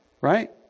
right